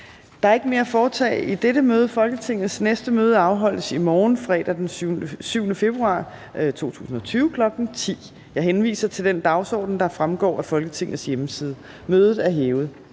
Der er ikke mere at foretage i dette møde. Folketingets næste møde afholdes i morgen, fredag den 7. februar 2020, kl. 10.00. Jeg henviser til den dagsorden, der fremgår af Folketingets hjemmeside. Mødet er hævet.